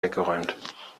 weggeräumt